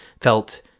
felt